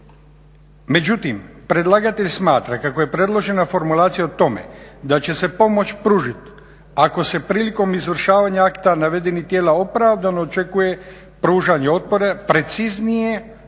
Međutim predlagatelj smatra kako je predložena formulacija o tome da će se pomoć pružiti ako se prilikom izvršavanja akta navedenih tijela opravdano očekuje pružanje otpora preciznije te